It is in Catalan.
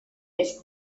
més